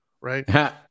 right